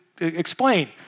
explain